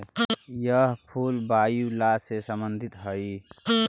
यह फूल वायूला से संबंधित हई